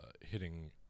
hitting